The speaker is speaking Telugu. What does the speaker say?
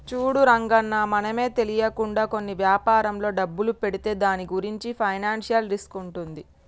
చూడు రంగన్న మనమే తెలియకుండా కొన్ని వ్యాపారంలో డబ్బులు పెడితే దాని గురించి ఫైనాన్షియల్ రిస్క్ ఉంటుంది